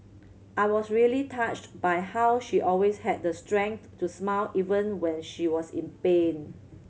I was really touched by how she always had the strength to smile even when she was in pain